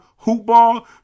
Hoopball